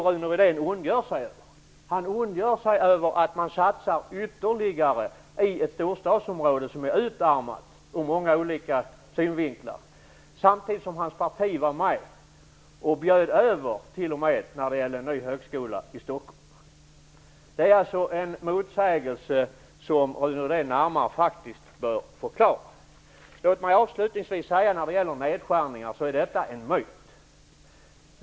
Rune Rydén ondgör sig över att man satsar ytterligare i ett storstadsområde som ur många olika synvinklar är utarmat. Samtidigt bjöd hans parti t.o.m. över när det gällde en ny högskola i Stockholm. Det är alltså en motsägelse som Rune Rydén faktiskt närmare bör förklara. Låt mig avslutningsvis säga att det Rune Rydén säger om nedskärningarna är en myt.